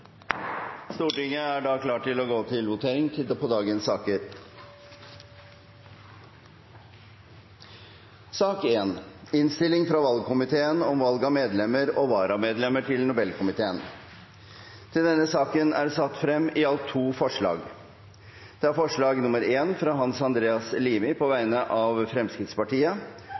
Stortinget til pause. Møtet avbrutt kl. 10.37. Stortinget gjenopptok sine forhandlinger kl. 11.14. President: Olemic Thommessen Da er Stortinget klar til å gå til votering. Under debatten er det satt frem i alt to forslag. Det er forslag nr. 1, fra Hans Andreas Limi på vegne av Fremskrittspartiet